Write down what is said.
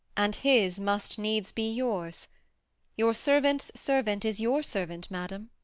and his must needs be yours your servant's servant is your servant, madam.